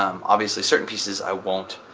um obviously certain pieces i won't,